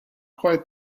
quite